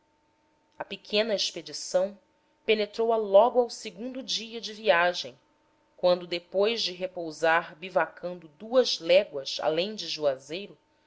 a pequena expedição penetrou a logo ao segundo dia de viagem quando depois de repousar bivacando duas léguas além de juazeiro